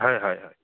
হয় হয় হয়